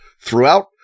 throughout